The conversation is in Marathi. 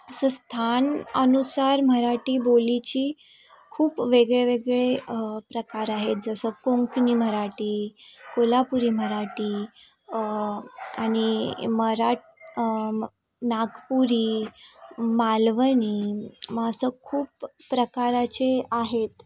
असं स्थान अनुसार मराठी बोलीची खूप वेगळे वेगळे प्रकार आहेत जसं कोंकणी मराठी कोल्हापुरी मराठी आणि मरा म नागपुरी मालवणी मग असं खूप प्रकारचे आहेत